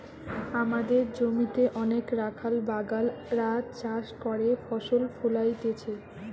আমদের জমিতে অনেক রাখাল বাগাল রা চাষ করে ফসল ফোলাইতেছে